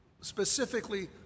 specifically